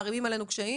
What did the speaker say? מערימים עלינו קשיים,